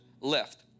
left